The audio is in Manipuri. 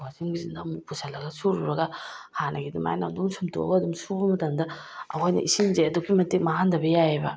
ꯋꯥꯁꯤꯡ ꯃꯦꯆꯤꯟꯗ ꯑꯃꯨꯛ ꯄꯨꯁꯤꯜꯂꯒ ꯁꯨꯔꯨꯔꯒ ꯍꯥꯟꯅꯒꯤ ꯑꯗꯨꯃꯥꯏꯅ ꯑꯗꯨꯝ ꯁꯨꯝꯗꯣꯛꯑꯒ ꯑꯗꯨꯝ ꯁꯨꯕ ꯃꯇꯝꯗ ꯑꯩꯈꯣꯏꯅ ꯏꯁꯤꯡꯁꯦ ꯑꯗꯨꯛꯀꯤ ꯃꯇꯤꯛ ꯃꯥꯡꯍꯟꯗꯕ ꯌꯥꯏꯌꯦꯕ